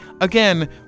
Again